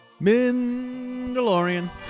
Mandalorian